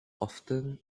often